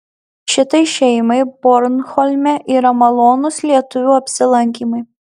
šitai šeimai bornholme yra malonūs lietuvių apsilankymai